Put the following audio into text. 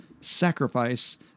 sacrifice